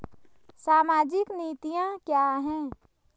सामाजिक नीतियाँ क्या हैं?